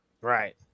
right